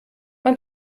man